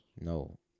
No